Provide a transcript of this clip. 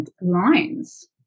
lines